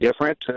different